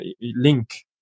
link